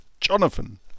Jonathan